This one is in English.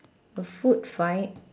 the food fight